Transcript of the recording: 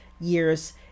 years